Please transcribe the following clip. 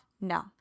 No